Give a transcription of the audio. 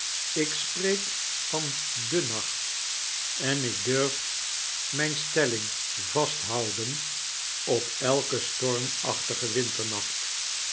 ik spreek van den nacht en ik durf mijne stalling vasthouden op elken stormachtigen winternacbt